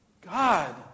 God